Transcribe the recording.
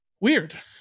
weird